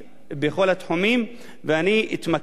ואני אתמקד בנושא של החינוך: כן,